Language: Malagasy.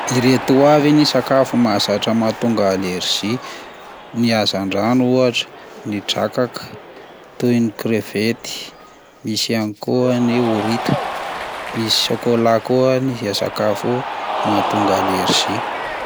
Ireto avy ny sakafo mahazatra mahatonga alerzia: ny hazan-drano ohatra ny drakaka, toy ny crevette, misy ihany koa ny horita, misy sôkôla koa ny sakafo mahatonga alerzia.